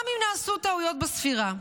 גם אם נעשו טעויות בספירה,